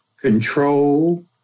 control